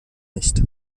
nicht